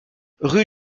rue